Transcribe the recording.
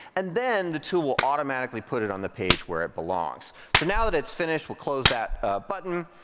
and then the tool will automatically put it on the page where it belongs. so now that it's finished, we'll close that button.